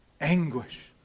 Anguish